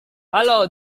halo